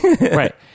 Right